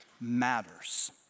matters